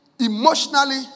emotionally